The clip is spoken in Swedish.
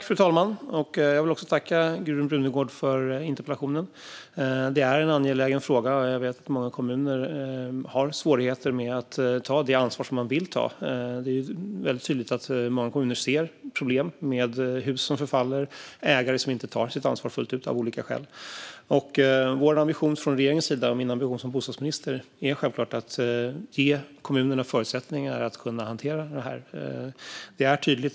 Fru talman! Jag tackar Gudrun Brunegård för interpellationen. Det är en angelägen fråga, och jag vet att många kommuner har svårt att ta det ansvar de vill ta. Det är tydligt att många kommuner ser problem med hus som förfaller och ägare som av olika skäl inte tar sitt ansvar fullt ut. Regeringens ambition och min ambition som bostadsminister är självfallet att ge kommunerna förutsättningar att hantera detta.